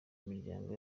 imiryango